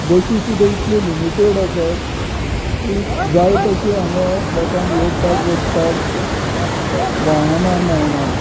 बशी सुद्दा इतले लिमिटेड आसात की जाय तशें लोकांक हांगा येवपाक वचपाक वाहनां मेळनात